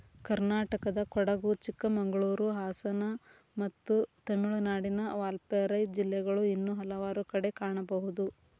ಕರ್ನಾಟಕದಕೊಡಗು, ಚಿಕ್ಕಮಗಳೂರು, ಹಾಸನ ಮತ್ತು ತಮಿಳುನಾಡಿನ ವಾಲ್ಪಾರೈ ಜಿಲ್ಲೆಗಳು ಇನ್ನೂ ಹಲವಾರು ಕಡೆ ಕಾಣಬಹುದು